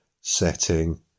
setting